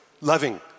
loving